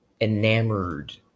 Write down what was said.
enamored